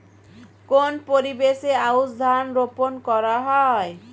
কোন পরিবেশে আউশ ধান রোপন করা হয়?